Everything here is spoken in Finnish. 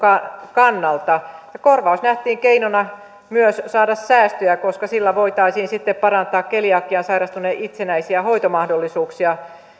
kannalta ja korvaus nähtiin keinona myös saada säästöjä koska sillä voitaisiin sitten parantaa keliakiaan sairastuneen itsenäisiä hoitomahdollisuuksia